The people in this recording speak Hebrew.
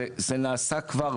זה נעשה כבר,